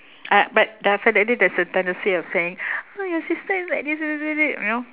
I but definitely there's a tendency of saying !wah! your sister like this this this this you know